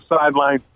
sideline